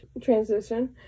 transition